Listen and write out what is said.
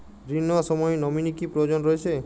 ঋণ নেওয়ার সময় নমিনি কি প্রয়োজন রয়েছে?